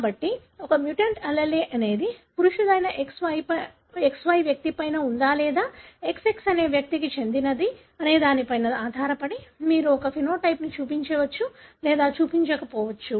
కాబట్టి ఒక mutant allele అనేది పురుషుడైన XY వ్యక్తిపై ఉందా లేదా XX అనే వ్యక్తికి చెందినది అనేదానిపై ఆధారపడి మీరు ఒక సమలక్షణాన్ని చూపించవచ్చు లేదా చూపకపోవచ్చు